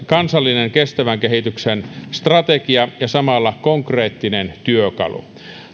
kansallinen kestävän kehityksen strategia ja samalla konkreettinen työkalu